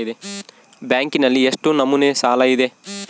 ಬ್ಯಾಂಕಿನಲ್ಲಿ ಎಷ್ಟು ನಮೂನೆ ಸಾಲ ಇದೆ?